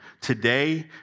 Today